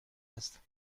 هستند